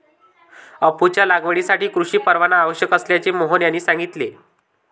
अफूच्या लागवडीसाठी कृषी परवाना आवश्यक असल्याचे मोहन यांनी सांगितले